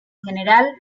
general